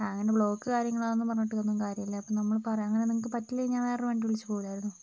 അങ്ങനെ ബ്ലോക്ക് കാര്യങ്ങൾ അതൊന്നും പറഞ്ഞിട്ടൊന്നും കാര്യമില്ല നമ്മൾ പറയുന്നത് നിങ്ങൾക്ക് പറ്റില്ലെങ്കിൽ ഞാൻ വേറൊരു വണ്ടി വിളിച്ചു പോകില്ലായിരുന്നോ